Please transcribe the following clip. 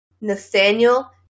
Nathaniel